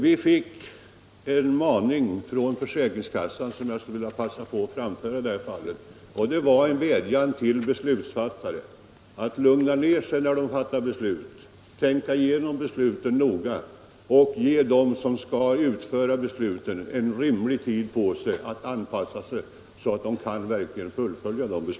Vi fick dessutom en maning från försäkringskassan som jag skulle vilja passa på att framföra i detta sammanhang. Det var en vädjan till beslutsfattare att lugna ned sig när de skall fatta beslut, att tänka igenom besluten noga och att ge dem som skall följa besluten rimlig tid att anpassa sig så att man verkligen kan fullfölja dem.